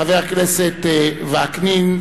חבר הכנסת וקנין,